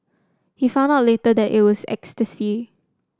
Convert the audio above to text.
he found out later that it was ecstasy